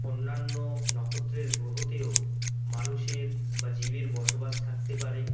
অন্যান্য নক্ষত্রের গ্রহতেও মানুষের বা জীবের বসবাস থাকতে পারে